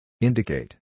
Indicate